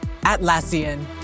Atlassian